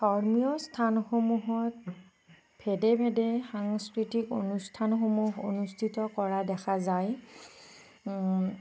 ধৰ্মীয় স্থানসমূহত ভেদে ভেদে সাংস্কৃতিক অনুষ্ঠানসমূহ অনুষ্ঠিত কৰা দেখা যায়